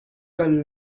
kal